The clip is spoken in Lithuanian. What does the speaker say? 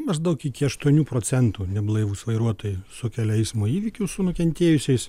maždaug iki aštuonių procentų neblaivūs vairuotojai sukelia eismo įvykius su nukentėjusiais